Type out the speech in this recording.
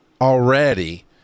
already